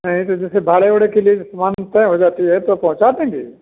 नहीं तो जैसे भाड़े उड़े के लिए सामान तय हो जाती है तो पहुँचा देंगे